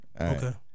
Okay